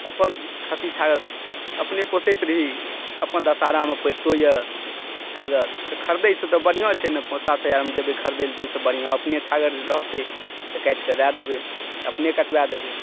अपन खस्सी छागर अपने पोसैत रही अपन दशहरामे परितो अइ छागर तऽ खरिदैसँ तऽ बढ़िआँ छै ने पाँच सात हजारमे जेबै खरीदैलए तऽ ओहिसँ बढ़िआँ अपने छागर रहतै तऽ काटि कऽ दऽ देबै अपने कटबा देबै